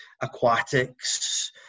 aquatics